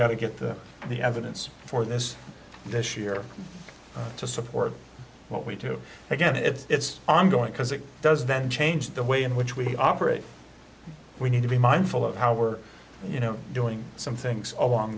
got to get the the evidence for this this year to support what we do again it's i'm going because it does then change the way in which we operate we need to be mindful of how we're you know doing some things along